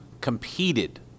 competed